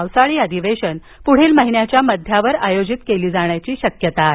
पावसाळी अधिवेशन पुढील महिन्याच्या मध्यावर आयोजित केलं जाण्याची शक्यता आहे